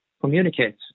communicate